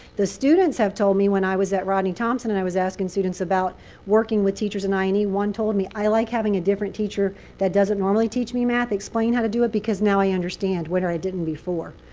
the students have told me, when i was at rodney thompson, and i was asking students about working with teachers in i and e, one told me, i like having a different teacher that doesn't normally teach me math explain how to do it. because now i understand, when i didn't before.